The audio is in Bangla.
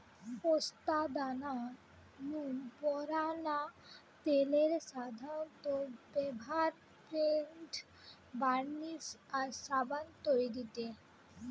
পোস্তদানা নু বারানা তেলের সাধারন ব্যভার পেইন্ট, বার্নিশ আর সাবান তৈরিরে